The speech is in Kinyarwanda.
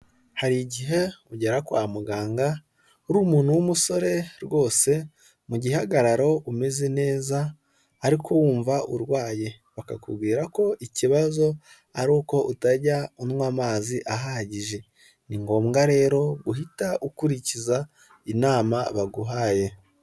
Hari igihe ugera kwa muganga, uri umuntu w'umusore rwose, mu gihagararo umeze neza ariko wumva urwaye, bakakubwira ko ikibazo ari uko utajya unywa amazi ahagije, ni ngombwa rero uhita ukurikiza inama baguhaye.